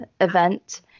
event